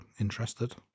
interested